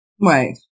Right